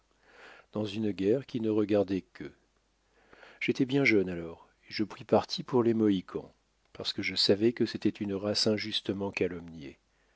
dans une guerre qui ne regardait qu'eux j'étais bien jeune alors et je pris parti pour les mohicans parce que je savais que c'était une race injustement calomniée